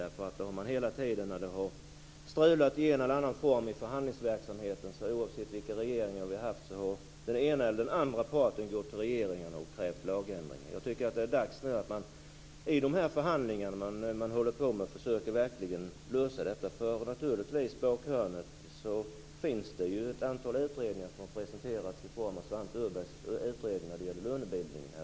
När det har strulat i någon form i förhandlingsverksamheten - oavsett vilken regering det har varit - har den ena eller den andra parten vänt sig till regeringen och krävt lagändring. Det är dags att lösa dessa problem i förhandlingarna. Ett antal utredningar har presenterats, bl.a. Svante Öbergs utredning om lönebildning.